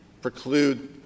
preclude